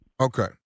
okay